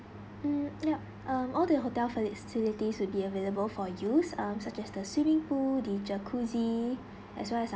mm yup um all the hotel fac~ facilities will be available for use um such as the swimming pool the jacuzzi as well as our